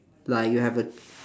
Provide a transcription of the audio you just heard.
like you have a